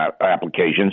applications